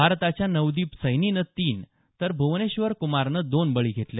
भारताच्या नर्वादप सैनीनं तीन तर भ्वनेश्वर कुमारनं दोन बळी घेतले